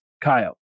Kyle